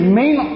main